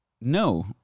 no